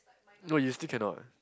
no he still cannot